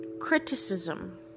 criticism